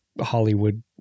Hollywood